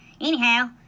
Anyhow